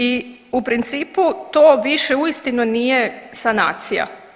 I u principu to više uistinu nije sanacija.